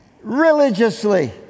religiously